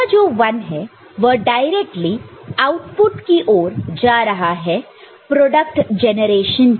यह जो 1 है वह डायरेक्टली आउटपुट की ओर जा रहा है प्रोडक्ट जेनरेशन के लिए